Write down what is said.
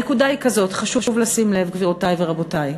הנקודה היא כזאת, חשוב לשים לב, גבירותי ורבותי,